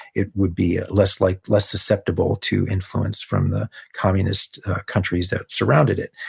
it would be less like less susceptible to influence from the communist countries that surrounded it.